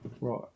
Right